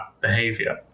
behavior